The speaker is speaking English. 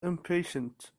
impatient